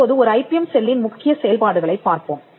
இப்போது ஒரு ஐபிஎம் செல்லின் முக்கிய செயல்பாடுகளைப் பார்ப்போம்